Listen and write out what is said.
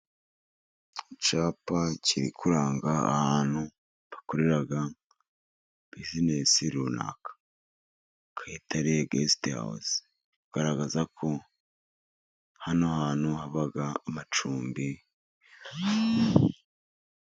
Icyapa kiri kuranga ahantu bakorera bizinesi runaka, Kayitare gesite hawuzi igaragaza ko hano hantu haba amacumbi.